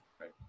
right